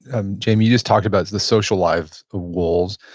and jamie, you just talked about the social life of wolves.